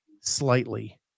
slightly